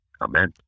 Amen